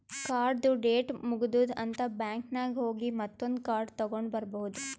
ಕಾರ್ಡ್ದು ಡೇಟ್ ಮುಗದೂದ್ ಅಂತ್ ಬ್ಯಾಂಕ್ ನಾಗ್ ಹೋಗಿ ಮತ್ತೊಂದ್ ಕಾರ್ಡ್ ತಗೊಂಡ್ ಬರ್ಬಹುದ್